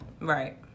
Right